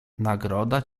nagroda